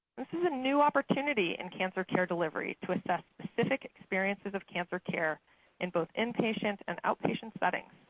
this is a new opportunity in cancer care delivery to assess specific experiences of cancer care in both inpatient and outpatient settings.